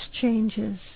changes